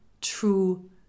true